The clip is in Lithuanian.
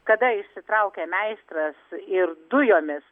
kada išsitraukia meistras ir dujomis